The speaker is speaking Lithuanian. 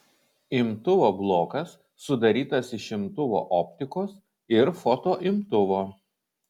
imtuvo blokas sudarytas iš imtuvo optikos ir fotoimtuvo